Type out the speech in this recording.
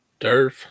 Durf